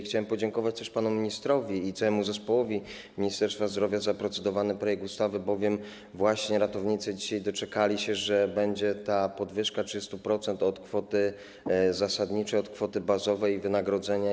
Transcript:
Chciałem podziękować też panu ministrowi i całemu zespołowi Ministerstwa Zdrowia za procedowany projekt ustawy, bowiem właśnie dzisiaj ratownicy doczekali się, że będzie ta podwyżka 30% od kwoty zasadniczej, od kwoty bazowej wynagrodzenia.